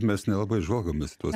mes nelabai žvalgomės į tuos